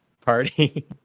party